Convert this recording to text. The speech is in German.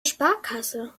sparkasse